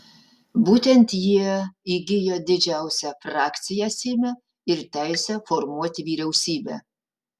būtent jie įgijo didžiausią frakciją seime ir teisę formuoti vyriausybę